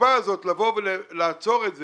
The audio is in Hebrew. החוצפה הזאת, לבוא ולעצור את זה,